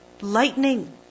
Lightning